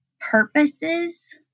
purposes